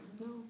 No